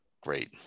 great